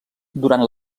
durant